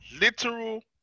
literal